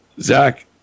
Zach